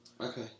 Okay